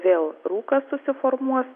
vėl rūkas susiformuos